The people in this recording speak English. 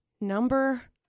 number